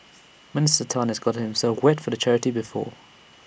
Minister Tan has gotten himself wet for charity before